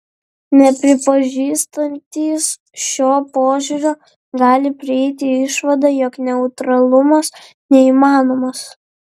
nepripažįstantys šio požiūrio gali prieiti išvadą jog neutralumas neįmanomas